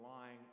lying